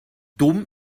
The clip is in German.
dumm